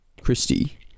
Christie